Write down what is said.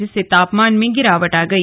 जिससे तापमान में गिरावट आ गई